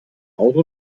auto